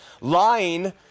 lying